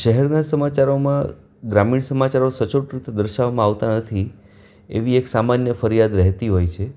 શહેરના સમાચારોમાં ગ્રામીણ સમાચારો સચોટ રીતે દર્શાવવામાં આવતા નથી એવી એક સામાન્ય ફરિયાદ રહેતી હોય છે